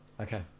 Okay